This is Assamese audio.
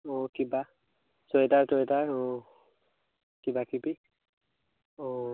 অঁ কিবা চুৱেটাৰ টুৱেটাৰ অঁ কিবা কিবি অঁ